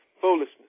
Foolishness